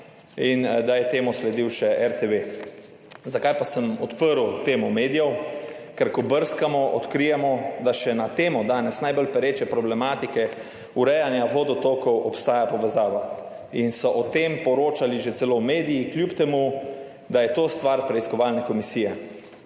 in da je temu sledil še RTV. Zakaj pa sem odprl temo medijev? Ker ko brskamo, odkrijemo, da še na temo danes najbolj pereče problematike urejanja vodotokov obstaja povezava in so o tem poročali že celo mediji, kljub temu, da je to stvar preiskovalne komisije.